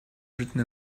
written